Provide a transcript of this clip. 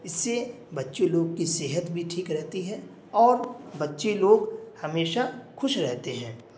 اس سے بچے لوگ کی صحت بھی ٹھیک رہتی ہے اور بچے لوگ ہمیشہ خوش رہتے ہیں